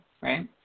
right